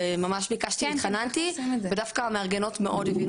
ממש ביקשתי והתחננתי ודווקא המארגנות מאוד הבינו